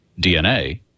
DNA